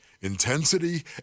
Intensity